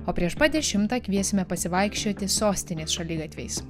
o prieš pat dešimtą kviesime pasivaikščioti sostinės šaligatviais